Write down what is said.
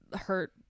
hurt